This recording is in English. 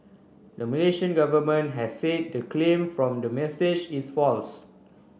the Malaysian government has said the claim from the message is false